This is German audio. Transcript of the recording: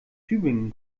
tübingen